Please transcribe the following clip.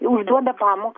užduoda pamokas